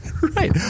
Right